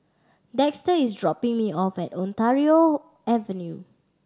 Dexter is dropping me off at Ontario Avenue